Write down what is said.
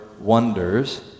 wonders